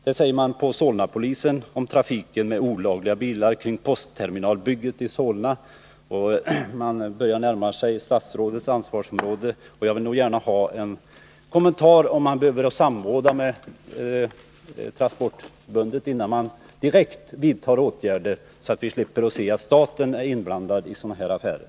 Det säger man på Solnapolisen i fråga om trafiken med olagliga bilar vid postterminalbygget i Solna. Där börjar vi närma oss statsrådets ansvarsområde, och jag skulle därför vilja ha en kommentar här, om man behöver samråda med Transportarbetareförbundet innan man direkt vidtar åtgärder så att man slipper se att staten är inblandad i sådana här affärer.